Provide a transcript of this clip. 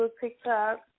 TikTok